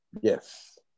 Yes